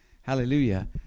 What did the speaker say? Hallelujah